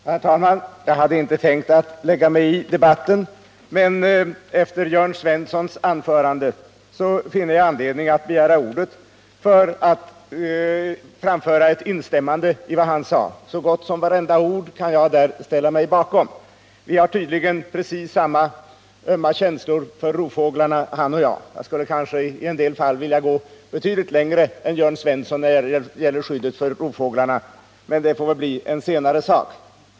Herr talman! Jag hade inte tänkt lägga mig i debatten, men efter Jörn Svenssons anförande fann jag anledning att begära ordet för att instämma i vad han sade. Jag kan ställa mig bakom så gott som vartenda ord i hans anförande. Jörn Svensson och jag hyser tydligen precis samma ömma känslor för rovfåglarna. Jag skulle kanske i vissa fall vilja gå betydligt längre när det gäller skyddet för rovfåglarna, men det får väl bli en senare fråga.